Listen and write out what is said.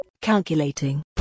Calculating